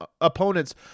opponents